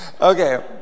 Okay